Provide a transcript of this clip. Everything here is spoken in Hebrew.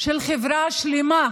של חברה שלמה.